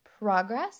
progress